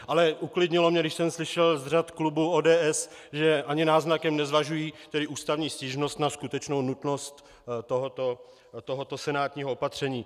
Ale uklidnilo mě, když jsem slyšel z řad klubu ODS, že ani náznakem nezvažují ústavní stížnost na skutečnou nutnost tohoto senátního opatření.